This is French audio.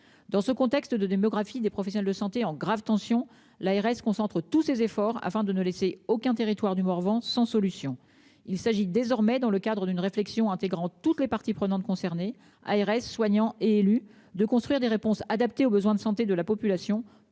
Dans ce contexte de démographie des professionnels de santé en graves tensions l'ARS concentre tous ses efforts afin de ne laisser aucun territoire du Morvan sans solution. Il s'agit désormais, dans le cadre d'une réflexion intégrant toutes les parties prenantes concernées ARS soignants, élus de construire des réponses adaptées aux besoins de santé de la population,